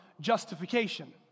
justification